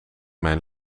mijn